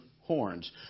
horns